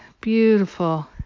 beautiful